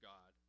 God